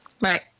Right